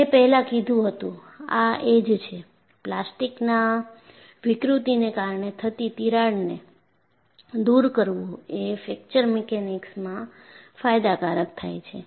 મેં પેહલા કીધું હતું આ એજ છે પ્લાસ્ટિકના વિકૃતિને કારણે થતી તિરાડને દૂર કરવું એ ફ્રેક્ચર મિકેનિક્સમાં ફાયદાકારક થાય છે